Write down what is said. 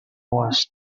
was